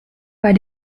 bei